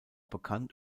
bekannt